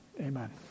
amen